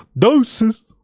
Doses